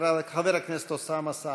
חבר הכנסת אוסאמה סעדי.